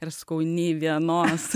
ir sakau nei vienos